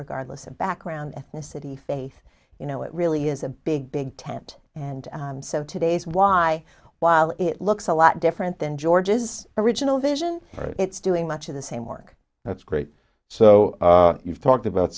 regardless of background ethnicity faith you know it really is a big big tent and so today's why while it looks a lot different than george's original vision it's doing much of the same work that's great so you've talked about